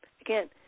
Again